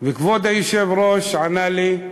וכבוד היושב-ראש ענה לי: